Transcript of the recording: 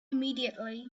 immediately